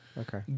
Okay